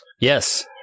yes